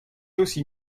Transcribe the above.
aussi